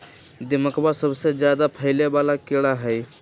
दीमकवा सबसे ज्यादा फैले वाला कीड़ा हई